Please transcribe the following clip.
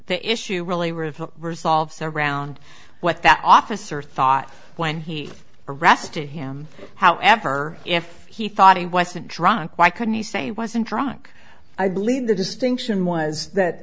the issue really were resolves around what that officer thought when he arrested him however if he thought he wasn't drunk why couldn't he say wasn't drunk i believe the distinction was that